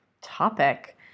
topic